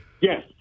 Yes